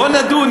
בוא נדון.